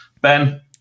Ben